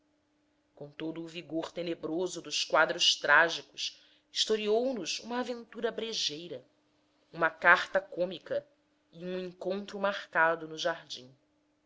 com todo o vigor tenebroso dos quadros trágicos historiou nos uma aventura brejeira uma carta cômica e um encontro marcado no jardim